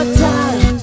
time